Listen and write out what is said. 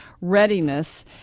Readiness